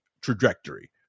trajectory